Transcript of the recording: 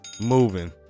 Moving